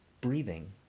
breathing